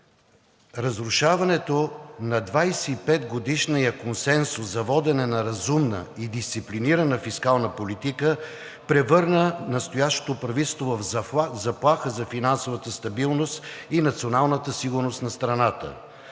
Разрушаването на 25-годишния консенсус за водене на разумна и дисциплинирана фискална политика превърна настоящото правителство в заплаха за финансовата стабилност и националната сигурност на страната.